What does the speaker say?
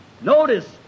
notice